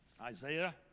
Isaiah